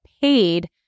paid